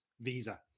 visa